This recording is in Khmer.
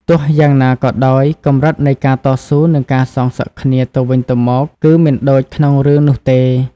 ទោះយ៉ាងណាក៏ដោយ កម្រិតនៃការតស៊ូនិងការសងសឹកគ្នាទៅវិញទៅមកគឺមិនដូចក្នុងរឿងនោះទេ។